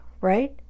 right